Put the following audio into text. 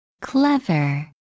Clever